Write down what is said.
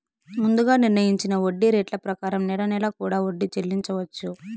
ముందుగా నిర్ణయించిన వడ్డీ రేట్ల ప్రకారం నెల నెలా కూడా వడ్డీ చెల్లించవచ్చు